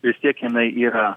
vis tiek jinai yra